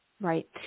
Right